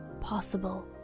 possible